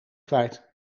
kwijt